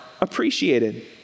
appreciated